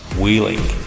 wheeling